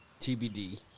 TBD